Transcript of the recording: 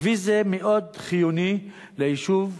כביש זה מאוד חיוני ליישוב,